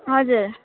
हजुर